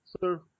sir